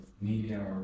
media